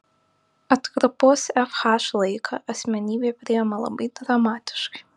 atkarpos fh laiką asmenybė priima labai dramatiškai